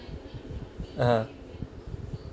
uh